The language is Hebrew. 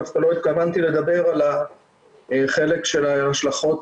דווקא לא התכוונתי לדבר על החלק של ההשלכות